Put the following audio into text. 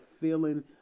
feeling